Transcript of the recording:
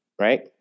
right